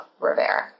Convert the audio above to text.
Rivera